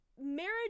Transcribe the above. marriage